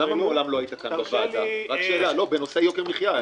למה מעולם לא היית בוועדה בנושא יוקר המחיה?